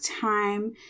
time